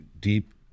deep